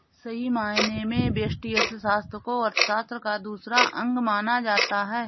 सही मायने में व्यष्टि अर्थशास्त्र को अर्थशास्त्र का दूसरा अंग माना जाता है